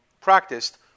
practiced